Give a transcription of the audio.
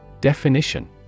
Definition